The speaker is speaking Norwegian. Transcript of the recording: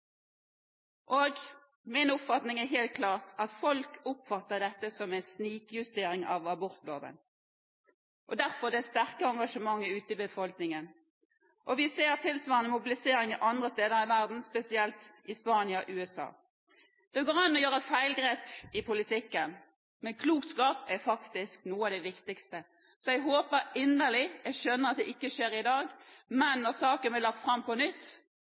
Min oppfatning er helt klart den at folk oppfatter dette som en snikjustering av abortloven – derfor det sterke engasjementet ute i befolkningen. Vi ser tilsvarende mobilisering andre steder i verden, spesielt i Spania og i USA. Det går an å gjøre feilgrep i politikken, men klokskap er faktisk noe av det viktigste. Så jeg håper inderlig – jeg skjønner at det ikke skjer i dag – at når saken blir lagt fram på nytt,